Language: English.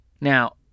Now